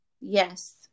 Yes